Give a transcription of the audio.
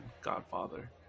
Godfather